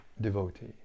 devotee